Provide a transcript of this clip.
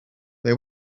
they